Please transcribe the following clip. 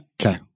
Okay